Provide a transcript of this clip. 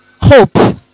hope